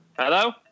hello